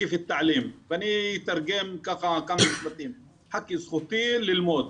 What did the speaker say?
אתה אתרגם כמה משפטים: זכותי ללמוד,